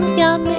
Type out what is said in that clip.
yum